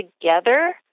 together